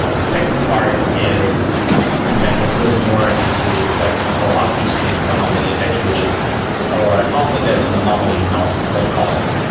ah the second part is then what goes more into the the follow-up use case of anomaly detection, which is i found that there's an anomaly. now what caused it,